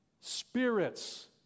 spirits